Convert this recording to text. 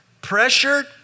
pressured